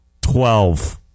Twelve